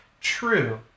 true